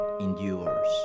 endures